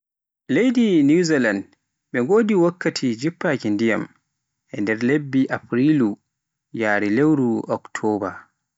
Leydi Niwzalan ɓe ngodi wakkati jiffaaki ndiyam nder lebbi Aprilu yaari lewru Oktoba.